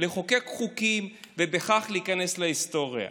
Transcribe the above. לחוקק חוקים ובכך להיכנס להיסטוריה?